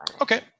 Okay